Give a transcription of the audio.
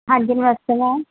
ਹਾਂਜੀ ਨਮਸਤੇ ਮੈਮ